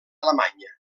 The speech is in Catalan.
alemanya